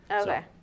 okay